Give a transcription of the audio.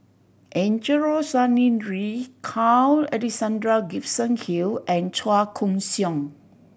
Angelo Sanelli Carl Alexander Gibson Hill and Chua Koon Siong